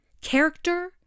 Character